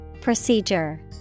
procedure